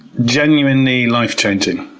genuinely life-changing.